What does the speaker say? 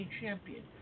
champion